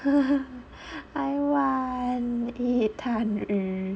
I want eat 探鱼